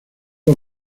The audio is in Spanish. los